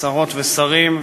שרות ושרים,